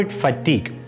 fatigue